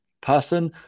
person